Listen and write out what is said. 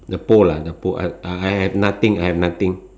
the pole lah the pole I have nothing I have nothing